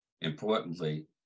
importantly